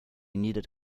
needed